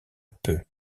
peu